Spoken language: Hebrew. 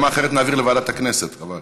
לא, צריך הסכמה, אחרת נעביר לוועדת הכנסת, חבל.